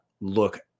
look